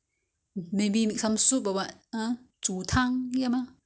put less water lah no~ not so much seem too much water so